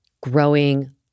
growing